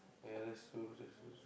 ya that's true that's true